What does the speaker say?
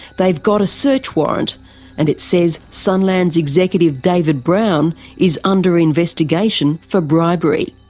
they've got a search warrant and it says sunland's executive david brown is under investigation for bribery.